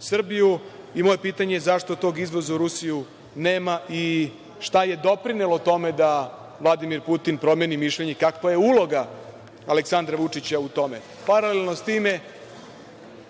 Srbiju, imao je pitanje zašto tog izvoza u Rusiju nema i šta je doprinelo tome da Vladimir Putin promeni mišljenje i kakva je uloga Aleksandra Vučića u